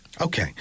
Okay